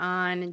on